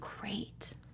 great